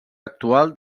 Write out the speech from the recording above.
actual